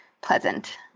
pleasant